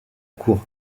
cour